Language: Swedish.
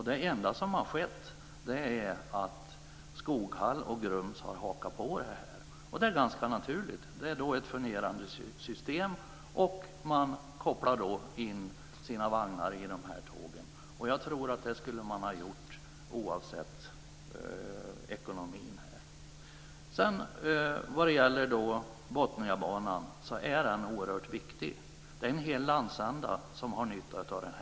Det enda som har skett är att Skoghall och Grums har hakat på detta, och det är ganska naturligt. Det är ett fungerande system. Man kopplar på sina vagnar på de här tågen. Det här tror jag att man skulle ha gjort oavsett ekonomin. Botniabanan är oerhört viktig. Det är en hel landsända som har nytta av den.